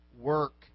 work